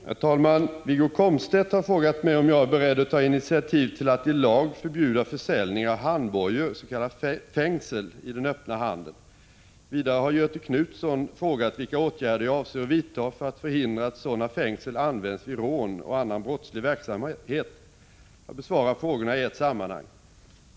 Herr talman! Wiggo Komstedt har frågat mig, om jag är beredd att ta initiativ till att i lag förbjuda försäljning av handbojor, s.k. fängsel, i den öppna handeln. Vidare har Göthe Knutson frågat vilka åtgärder jag avser att vidta för att förhindra att sådana fängsel används vid rån och annan brottslig verksamhet. Jag besvarar frågorna i ett sammanhang.